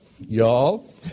Y'all